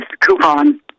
coupon